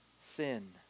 sin